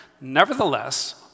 Nevertheless